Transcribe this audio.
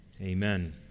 amen